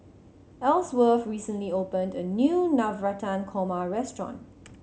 Ellsworth recently opened a new Navratan Korma restaurant